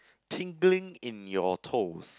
tingling in your toes